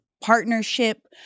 partnership